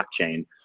blockchain